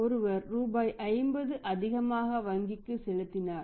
ஒருவர் ரூபாய் 50 அதிகமாக வங்கிக்கு செலுத்தினார்